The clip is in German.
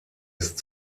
ist